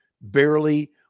barely